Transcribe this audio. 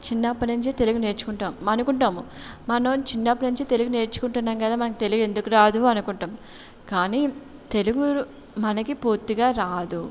చిన్నప్పటి నుంచి తెలుగు నేర్చుకుంటాం అనుకుంటాము మనం చిన్నప్పుడు నుంచి తెలుగు నేర్చుకుంటున్నాం కదా మనకు తెలియదు ఎందుకు రాదు అనుకుంటాం కానీ తెలుగు మనకి పూర్తిగా రాదు